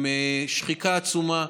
עם שחיקה עצומה.